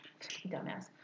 Dumbass